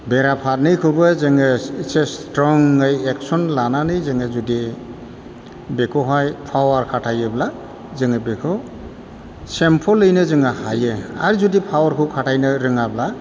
बेराफारनैखौबो जोङो एसे स्ट्रङै एक्स'न लानानै जोङो जुदि बेखौहाय पावार खाथायोब्ला जोङो बेखौ सिम्पोलैनो जोङो हायो आरो जुदि पावारखौ खातायनो रोङाब्ला